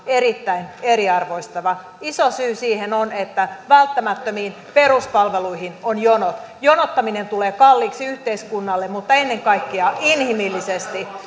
erittäin eriarvoistava iso syy siihen on että välttämättömiin peruspalveluihin on jonot jonottaminen tulee kalliiksi yhteiskunnalle mutta ennen kaikkea inhimillisesti